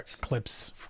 clips